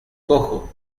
cojo